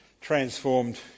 transformed